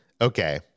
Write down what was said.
okay